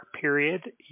period